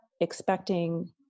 expecting